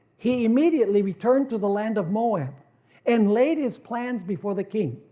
he immediately returned to the land of moab and laid his plans before the king.